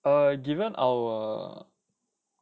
err given our